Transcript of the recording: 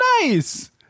nice